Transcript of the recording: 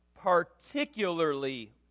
particularly